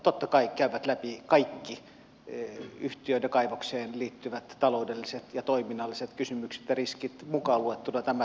totta kai he käyvät läpi kaikki yhtiöön ja kaivokseen liittyvät taloudelliset ja toiminnalliset kysymykset ja riskit mukaan luettuna tämä teknologian toimivuus